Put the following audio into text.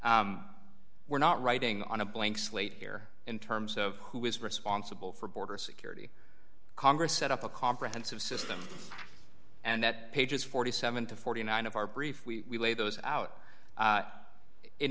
rejects we're not writing on a blank slate here in terms of who is responsible for border security congress set up a comprehensive system and that pages forty seven to forty nine of our brief we lay those out